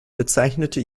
bezeichnete